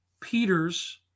Peters